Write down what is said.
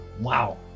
wow